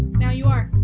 now you are.